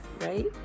right